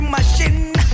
Machine